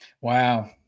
Wow